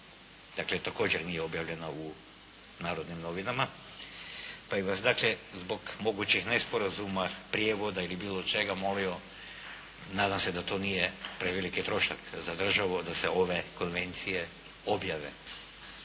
Dakle također nije objavljena u "Narodnim novinama". Pa bi vas dakle zbog mogućih nesporazuma, prijevoda ili bilo čega molio, nadam se da to nije preveliki trošak za državu da se ove konvencije objave,